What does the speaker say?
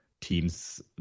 teams